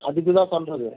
அதுக்கு தான் சொல்கிறது